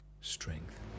strength